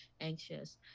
anxious